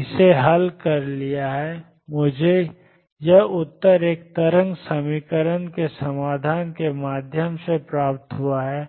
इसे हल कर लिया है मुझे वह उत्तर एक तरंग समीकरण के समाधान के माध्यम से प्राप्त हुआ है